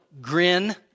grin